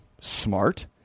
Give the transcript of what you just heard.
smart